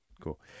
Cool